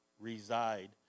reside